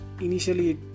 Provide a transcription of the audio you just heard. initially